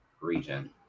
region